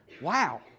wow